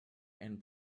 and